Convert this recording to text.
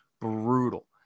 brutal